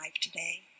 today